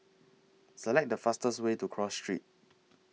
Select The fastest Way to Cross Street